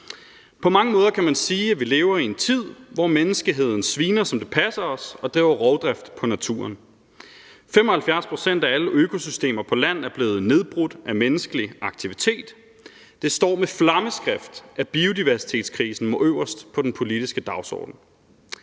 På mange måder kan man sige, at vi lever i en tid, hvor menneskeheden sviner, som det passer den, og driver rovdrift på naturen. 75 pct. af alle økosystemer på land er blevet nedbrudt af menneskelig aktivitet. Det står med flammeskrift, at biodiversitetskrisen må øverst på den politiske dagsorden.